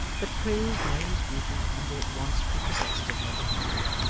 but praised nelly's beauty and were at once prepossessed in her behalf.